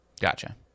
Gotcha